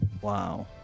Wow